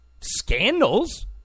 scandals